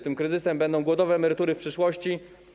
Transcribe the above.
Tym kryzysem będą głodowe emerytury w przyszłości.